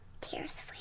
Tears